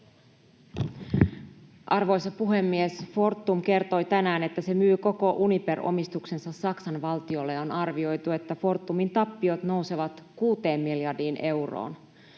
Arvoisa puhemies! Fortum kertoi tänään, että se myy koko Uniper-omistuksensa Saksan valtiolle, ja on arvioitu, että Fortumin tappiot nousevat kuuteen miljardiin euroon.